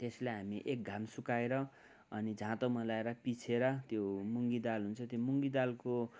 त्यसलाई हामी एक घाम सुकाएर अनि जाँतोमा ल्याएर पिसेर त्यो मुँगी दाल हुन्छ त्यो मुँगी दालको